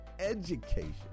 education